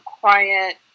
quiet